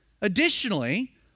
Additionally